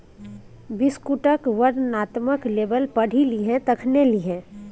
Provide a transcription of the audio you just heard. बिस्कुटक वर्णनात्मक लेबल पढ़ि लिहें तखने लिहें